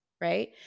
right